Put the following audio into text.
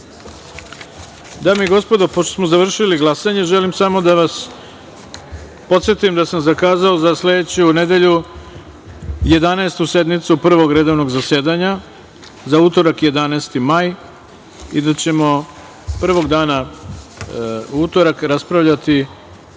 i gospodo, pošto smo završili glasanje, želim samo da vas podsetim da sam zakazao za sledeću nedelju 11. sednicu Prvog redovnog zasedanja, za utorak, 11. maj i da ćemo prvog dana, u utorak, raspravljati